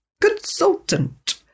consultant